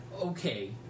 Okay